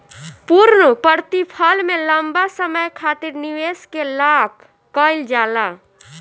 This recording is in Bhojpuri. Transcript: पूर्णप्रतिफल में लंबा समय खातिर निवेश के लाक कईल जाला